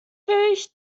ich